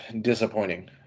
disappointing